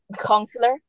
counselor